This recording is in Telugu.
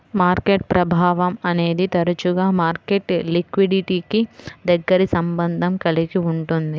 మార్కెట్ ప్రభావం అనేది తరచుగా మార్కెట్ లిక్విడిటీకి దగ్గరి సంబంధం కలిగి ఉంటుంది